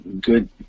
good